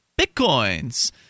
Bitcoin's